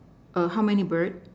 uh how many bird